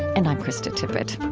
and i'm krista tippett